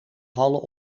vallen